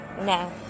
No